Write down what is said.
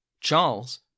Charles